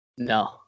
No